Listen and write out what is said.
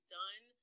done